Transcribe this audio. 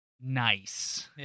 nice